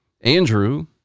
Andrew